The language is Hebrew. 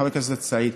חבר הכנסת סעיד,